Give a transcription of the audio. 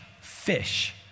fish